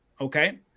Okay